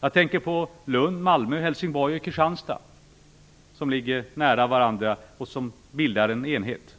Jag tänker på Lund, Malmö, Helsingborg och Kristianstad, som ligger nära varandra och som bildar en enhet.